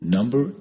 Number